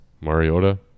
Mariota